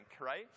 right